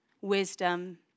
wisdom